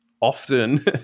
often